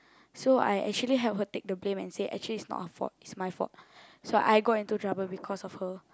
so I actually help her take the blame and say actually is not her fault is my fault so I got into trouble because of her